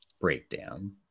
breakdown